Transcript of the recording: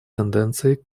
тенденцией